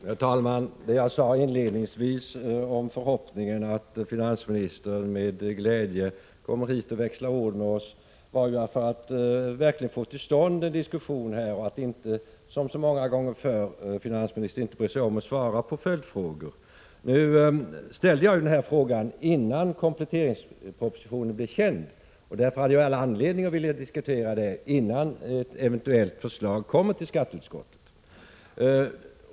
Herr talman! Det jag inledningsvis sade, om förhoppningen att finansministern med glädje kommer hit och växlar ord med oss, var ju för att verkligen försöka få till stånd en diskussion, så att finansministern inte som så ofta tidigare inte bryr sig om att svara på föjdfrågor. Nu ställde jag ju min fråga, innan kompletteringspropositionen blev känd. Därför hade jag all anledning att vilja diskutera saken, innan ett eventuellt förslag kommer till skatteutskottet.